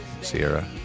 Sierra